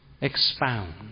expound